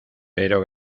pero